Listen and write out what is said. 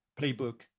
playbook